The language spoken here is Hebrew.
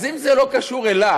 אז אם זה לא קשור אליו,